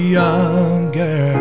younger